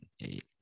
eight